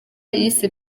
yise